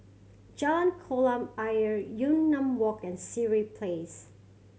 Jalan Kolam Ayer Yunnan Walk and Sireh Place